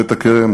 גם בית-הכרם,